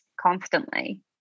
constantly